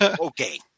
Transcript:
Okay